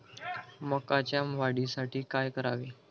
मकाच्या वाढीसाठी काय करावे?